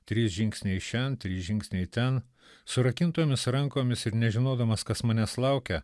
trys žingsniai šen trys žingsniai ten surakintomis rankomis ir nežinodamas kas manęs laukia